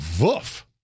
woof